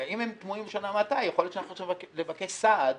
ואם הם תמוהים בלשון המעטה יכול להיות שאנחנו צריכים לבקש סעד